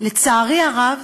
לצערי הרב,